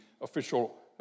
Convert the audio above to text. official